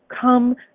come